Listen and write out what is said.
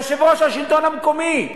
יושב-ראש מרכז השלטון המקומי,